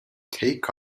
take